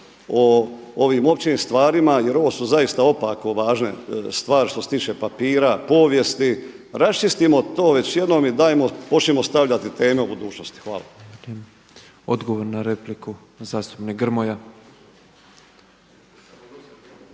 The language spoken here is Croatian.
o ovim općim stvarima jer ovo su zaista opako važne stvari što se tiče papira, povijesti. Raščistimo to već jednom i dajmo, počnimo stavljati teme u budućnosti. Hvala.